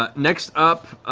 ah next up,